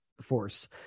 force